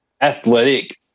athletic